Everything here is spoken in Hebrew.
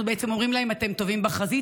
למעשה אנחנו אומרים להם: אתם טובים בחזית,